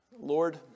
Lord